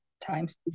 times